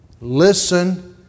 listen